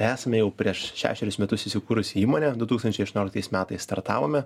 esame jau prieš šešerius metus įsikūrusi įmonė du tūkstančiai aštuonioliktais metais startavome